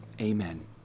Amen